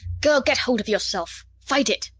girl, get hold of yourself! fight it!